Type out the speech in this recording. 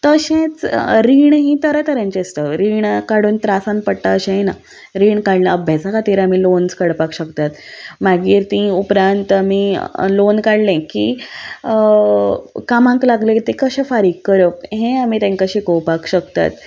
तशेंच रिणां हीं तरा तरांची आसता रीण काडून त्रासांत पडटा अशेंय ना रीण काडलां अभ्यासा खातीर आमी लोन्स काडपाक शकतात मागीर तीं उपरांत आमी लोन काडलें की कामांक लागलें की तें कशें फारीक करप हें आमी तांकां शिकोवपाक शकतात